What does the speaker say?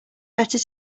better